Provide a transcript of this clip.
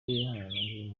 wihangiye